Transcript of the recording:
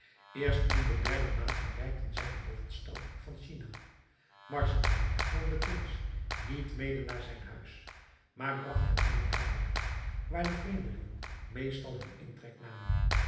eerst in de derde maand bereikten zij de hoofdstad van china marzavan nam den prins niet mede naar zijn huis maar bragt hem in eene herberg waar de vreemdelingen meestal hunnen intrek namen